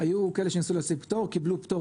היו כאלה שניסו להשיג פטור וקיבלו פטור